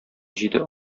җиде